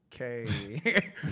okay